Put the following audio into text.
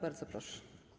Bardzo proszę.